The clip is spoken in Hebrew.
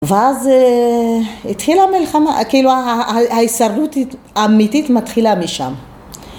‫ואז התחילה המלחמה, כאילו ‫ההישרדות האמיתית מתחילה משם.